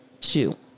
Two